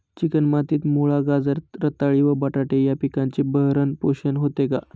Chicken मातीत मुळा, गाजर, रताळी व बटाटे या पिकांचे भरण पोषण होते का?